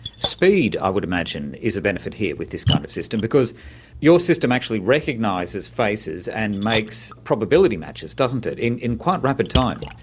speed i would imagine is a benefit here with this kind of system, because your system actually recognises faces and makes probability matches, doesn't it, in in quite rapid time.